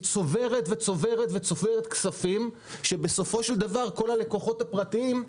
היא צוברת וצוברת כספים שבסופו של דבר כל הלקוחות הפרטיים,